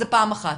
זה פעם אחת.